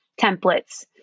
templates